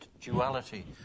duality